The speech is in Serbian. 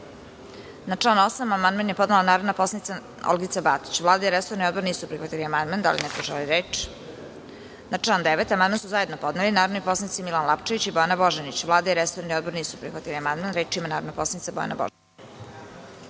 član 8. amandman je podnela narodna poslanica Olgica Batić. Vlada i resorni odbor nisu prihvatili amandman. Da li neko želi reč? (Ne.)Na član 9. amandman su zajedno podneli narodni poslanici Milan Lapčević i Bojana Božanić. Vlada i resorni odbor nisu prihvatili amandman. Reč ima narodna poslanica Bojana Božanić.